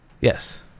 yes